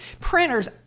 printers